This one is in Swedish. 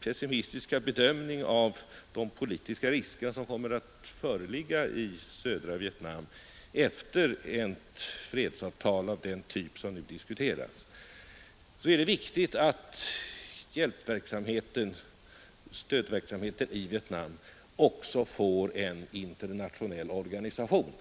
pessimistiska bedömning av de politiska risker som kommer att föreligga i södra Vietnam efter ett fredsavtal av den typ som nu diskuteras, att det är viktigt att stödverksamheten i Vietnam också får en internationell organisation.